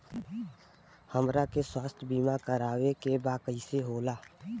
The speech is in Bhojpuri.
हमरा के स्वास्थ्य बीमा कराए के बा उ कईसे होला?